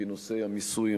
כי נושאי המיסוי,